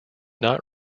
not